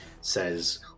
says